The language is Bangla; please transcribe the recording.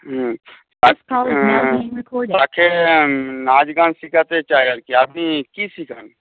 হুম তাকে নাচ গান শেখাতে চাই আর কি আপনি কি শেখান